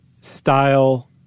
style